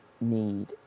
need